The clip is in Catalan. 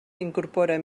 incorpora